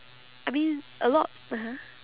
I mean a lot (uh huh)